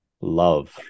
love